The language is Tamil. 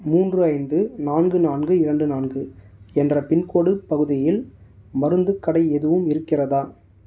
மூன்று ஐந்து நான்கு நான்கு இரண்டு நான்கு என்ற பின்கோடு பகுதியில் மருந்துக்கடை எதுவும் இருக்கிறதா